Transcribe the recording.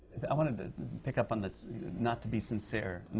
i want to to pick up on this not to be sincere,